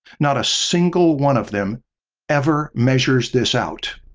not a single one of them ever measures this out.